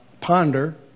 ponder